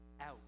out